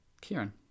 Kieran